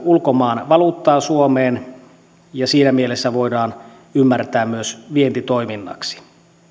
ulkomaan valuuttaa suomeen ja siinä mielessä se voidaan ymmärtää myös vientitoiminnaksi